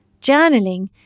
Journaling